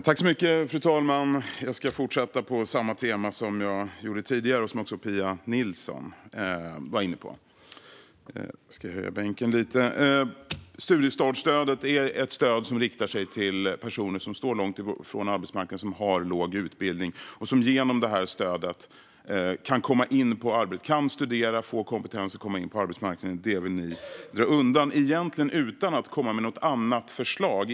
Fru talman! Jag ska fortsätta på samma tema som jag var inne på tidigare och som också Pia Nilsson var inne på. Studiestartsstödet är ett stöd som riktar sig till personer som står långt från arbetsmarknaden och har låg utbildning. Genom detta stöd kan de studera, få kompetens och komma in på arbetsmarknaden. Det vill ni dra undan, egentligen utan att komma med något annat förslag.